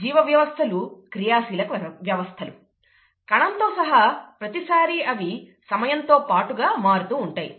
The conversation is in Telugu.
జీవవ్యవస్థలు క్రియాశీలక వ్యవస్థలు కణంతో సహా ప్రతిసారి అవి సమయంతో పాటుగా మారుతూ ఉంటాయి